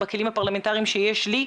בכלים הפרלמנטריים שיש לי.